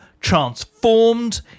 transformed